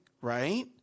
right